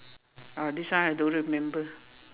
ah this one I don't remember